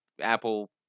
Apple